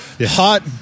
hot